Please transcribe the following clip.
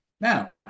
Now